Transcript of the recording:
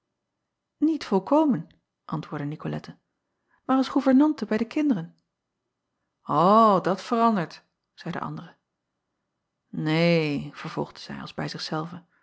iet volkomen antwoordde icolette maar als goevernante bij de kinderen ho dat verandert zeî de andere neen vervolgde zij als bij